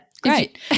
Great